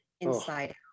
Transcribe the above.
inside